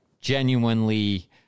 genuinely